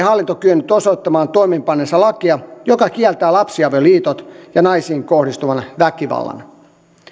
hallinto kyennyt osoittamaan toimeenpanneensa lakia joka kieltää lapsiavioliitot ja naisiin kohdistuvan väkivallan